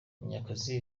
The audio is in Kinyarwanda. munyakazi